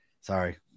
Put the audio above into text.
Sorry